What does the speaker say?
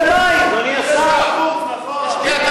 אני אתערב מתי שאני רוצה.